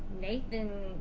Nathan